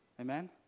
Amen